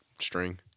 string